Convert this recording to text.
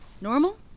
Normal